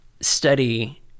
study